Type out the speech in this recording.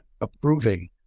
approving